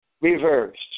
reversed